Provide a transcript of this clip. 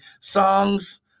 Songs